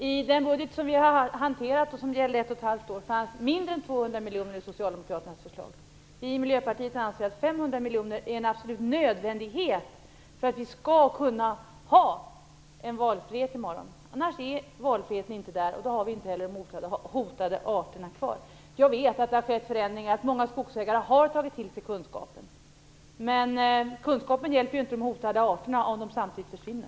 I den budget som skall gälla för ett och ett halvt år föreslår socialdemokraterna mindre än 200 miljoner. Vi i Miljöpartiet anser att 500 miljoner är en absolut nödvändighet för att vi skall kunna ha en valfrihet i morgon. Annars har vi ingen valfrihet, och då har vi inte heller några hotade arter kvar. Jag vet att det har skett förändringar. Många skogsägare har tagit till sig kunskapen. Men kunskapen hjälper ju inte de hotade arterna om de samtidigt försvinner.